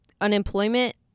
Unemployment